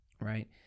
right